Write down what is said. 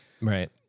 Right